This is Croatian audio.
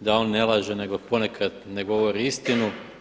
da on ne laže, nego ponekad ne govori istinu.